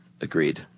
Agreed